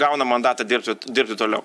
gauna mandatą dirbti dirbti toliau